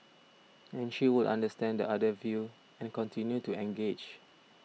and she would understand the other view and continue to engage